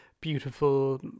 beautiful